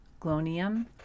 glonium